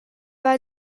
hai